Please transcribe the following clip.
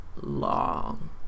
long